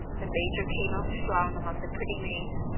the major came out strong among the pretty maids,